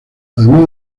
además